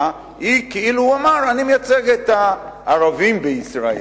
היא כאילו הוא אמר: אני מייצג את הערבים בישראל.